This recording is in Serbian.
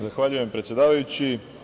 Zahvaljujem predsedavajući.